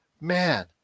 man